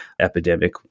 epidemic